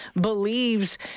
believes